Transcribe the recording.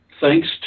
thanks